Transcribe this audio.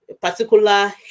particular